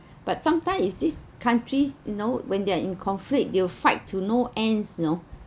but sometime is these countries you know when they're in conflict they'll fight to know ends you know